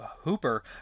Hooper